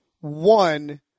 One